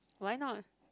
why not